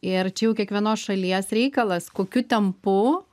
ir čia jau kiekvienos šalies reikalas kokiu tempu